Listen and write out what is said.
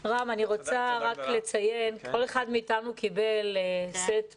רם, אני רוצה לציין, כל אחד מאתנו קיבל סט מרהיב,